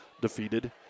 defeated